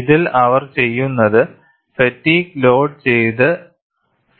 ഇതിൽ അവർ ചെയ്യുന്നത് ഫാറ്റിഗ് ലോഡ് ചെയ്ത